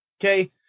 okay